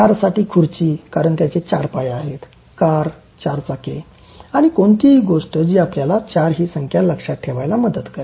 चारसाठी खुर्ची कारण त्याचे चार पाय आहेत कार चार चाके आणि कोणतीही गोष्ट जी आपल्याला चार ही संख्या लक्षात ठेवायल मदत करेल